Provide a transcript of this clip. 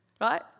right